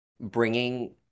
bringing